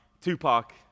Tupac